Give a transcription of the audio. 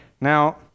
Now